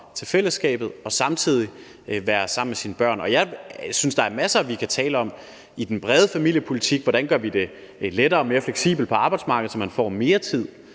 til fællesskabet og samtidig være sammen med sine børn. Jeg synes, der er masser, vi kan tale om i forhold til den brede familiepolitik. Hvordan gør vi det lettere og mere fleksibelt på arbejdsmarkedet, så man får mere tid